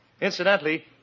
Incidentally